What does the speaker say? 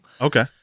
okay